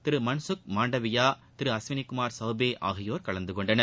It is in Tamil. திரு மன்சுக் மாண்டவியா திரு அஸ்வினிகுமார் சௌபே ஆகியோர் கலந்து கொண்டனர்